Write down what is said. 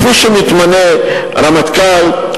כפי שמתמנה רמטכ"ל,